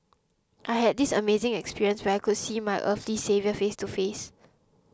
I had this amazing experience where I could see my earthly saviour face to face